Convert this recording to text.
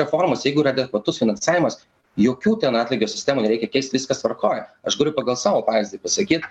reformos jeigu yra adekvatus finansavimas jokių ten atlygio sistemų nereikia keist viskas tvarkoj aš galiu pagal savo pavyzdį pasakyt